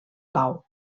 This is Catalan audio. pau